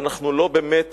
ואנחנו לא באמת